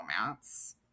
romance